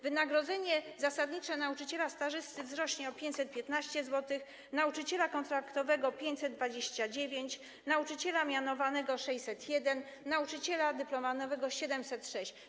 Wynagrodzenie zasadnicze nauczyciela stażysty wzrośnie o 515 zł, nauczyciela kontraktowego - 529, nauczyciela mianowanego - 601, nauczyciela dyplomowanego - 706.